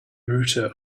router